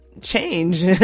change